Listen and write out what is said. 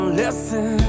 listen